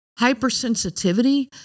hypersensitivity